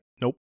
nope